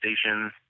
station